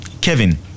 Kevin